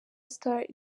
star